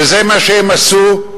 וזה מה שהם עשו,